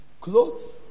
clothes